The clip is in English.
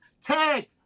Tag